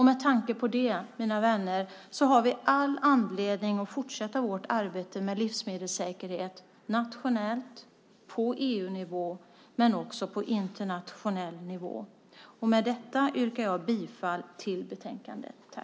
Med tanke på det, mina vänner, har vi all anledning att fortsätta vårt arbete med livsmedelssäkerhet, nationellt, på EU-nivå och på internationell nivå. Med detta yrkar jag bifall till utskottets förslag.